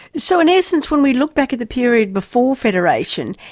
so in essence, when we look back at the period before federation,